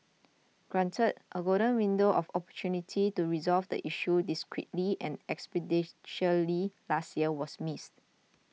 granted a golden window of opportunity to resolve the issue discreetly and expeditiously last year was missed